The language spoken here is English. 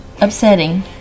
upsetting